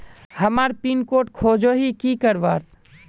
हमार pin code खोजोही की करवार?